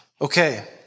Okay